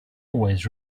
always